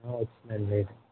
వచ్చిద్దండి లైట్గా